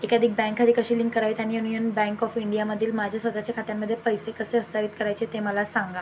एकाधिक बँक खाती कशी लिंक करावीत आणि युनियन बँक ऑफ इंडियामधील माझ्या स्वत च्या खात्यांमध्ये पैसे कसे हस्तांरित करायचे ते मला सांगा